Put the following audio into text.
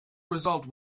result